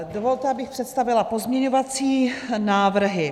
Dovolte, abych představila pozměňovací návrhy.